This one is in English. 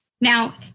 Now